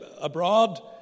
abroad